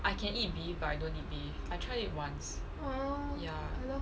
I can eat beef but I don't eat beef I tried it once ya